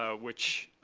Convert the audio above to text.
ah which